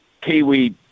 Kiwi